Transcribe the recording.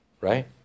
Right